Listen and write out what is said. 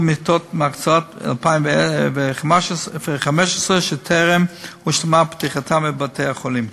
מיטות מהקצאת 2015 שטרם הושלמה פתיחתן בבתי-החולים.